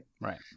right